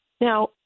Now